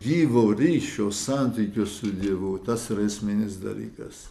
gyvo ryšio santykio su dievu tas yra esminis dalykas